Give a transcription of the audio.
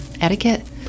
etiquette